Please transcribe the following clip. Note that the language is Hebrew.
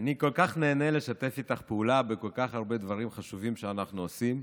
אני כל כך נהנה לשתף איתך פעולה בכל כך הרבה דברים חשובים שאנחנו עושים,